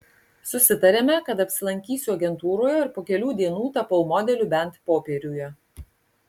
susitarėme kad apsilankysiu agentūroje ir po kelių dienų tapau modeliu bent popieriuje